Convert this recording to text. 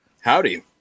Howdy